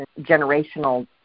generational